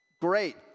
Great